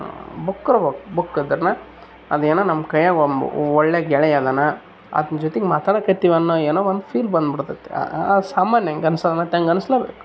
book ಇರ್ಬೇಕು book ಇದ್ರೆ ಅದೇನು ನಮ್ಮ ಕೈಯ್ಯಾಗ ಒಬ್ಬ ಒಳ್ಳೆ ಗೆಳೆಯ ಅದಾನ ಆತನ ಜೊತೆಗ್ ಮಾತಾಡೋಕತ್ತಿವನ್ನೋ ಏನೊ ಒಂದು ಫೀಲ್ ಬಂದು ಬಿಡ್ತದೆ ಆ ಆ ಸಾಮಾನ್ಯ ಹಂಗ್ ಅನ್ಸೋ ಮತ್ತು ಹಂಗ್ ಅನಿಸ್ಲೇ ಬೇಕು